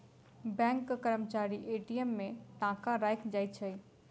बैंकक कर्मचारी ए.टी.एम मे टाका राइख जाइत छै